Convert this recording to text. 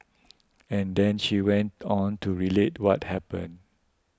and then she went on to relate what happened